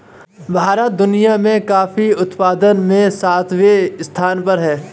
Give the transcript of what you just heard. भारत दुनिया में कॉफी उत्पादन में सातवें स्थान पर है